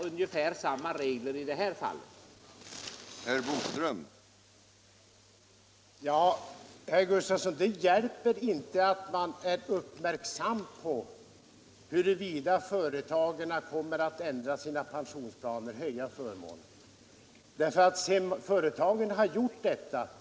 Avdragsreglerna för pensionsåtaganden, Avdragsreglerna för 160